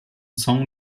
saint